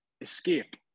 escape